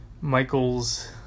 Michael's